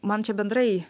man čia bendrai